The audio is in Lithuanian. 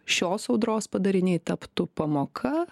šios audros padariniai taptų pamoka